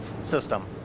system